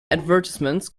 advertisements